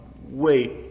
Wait